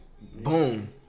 Boom